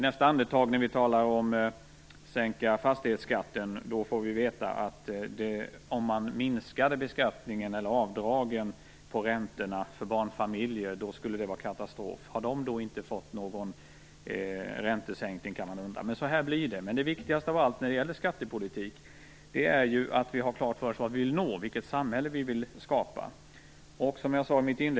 När vi talar om att sänka fastighetsskatten får vi veta att om man minskade avdragen på räntorna för barnfamiljer skulle det vara katastrof. Har de då inte fått någon räntesänkning, kan man undra. Det viktigaste när det gäller skattepolitik är att vi har klart för oss vilket samhälle vi vill skapa.